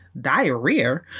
diarrhea